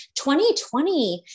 2020